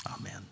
Amen